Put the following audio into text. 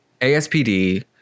ASPD